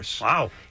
Wow